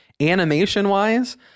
animation-wise